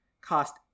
cost